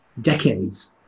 decades